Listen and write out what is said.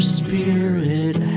spirit